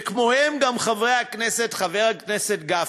וכמוהם גם חבר הכנסת גפני,